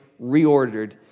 reordered